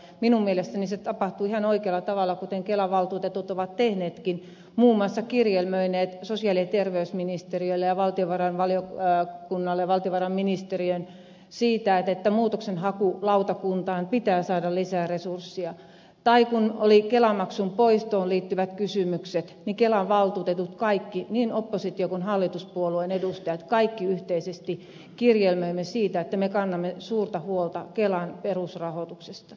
minun mielestäni se tapahtuu ihan oikealla tavalla kuten kelan valtuutetut ovat tehneetkin muun muassa kirjelmöineet sosiaali ja terveysministeriölle valtiovarainvaliokunnalle ja valtiovarainministeriöön siitä että muutoksenhakulautakuntaan pitää saada lisää resursseja tai kun oli kelamaksun poistoon liittyvät kysymykset niin kelan valtuutetut kaikki niin oppositio kuin hallituspuolueiden edustajat yhteisesti kirjelmöimme siitä että me kannamme suurta huolta kelan perusrahoituksesta